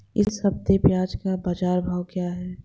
इस हफ्ते प्याज़ का बाज़ार भाव क्या है?